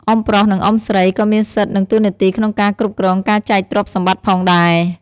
អ៊ុំប្រុស និងអ៊ុំស្រីក៏មានសិទ្ធ និងតួនាទីក្នុងការគ្រប់គ្រងការចែកទ្រព្យសម្បត្តិផងដែរ។